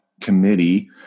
committee